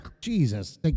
Jesus